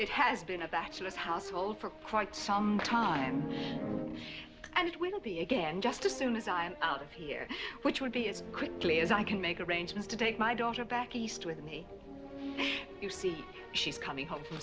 it has been a bachelor's household for quite some time and it will be again just as soon as i am out of here which would be as quickly as i can make arrangements to take my daughter back east with me you see she's coming home from